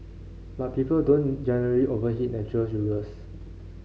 but people don't generally overeat natural sugars